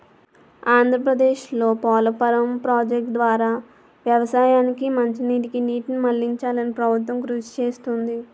ఆంధ్రప్రదేశ్లో పోలవరం ప్రాజెక్టు ద్వారా వ్యవసాయానికి మంచినీటికి నీటిని మళ్ళించాలని ప్రభుత్వం కృషి చేస్తుంది